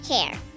care